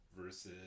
Versus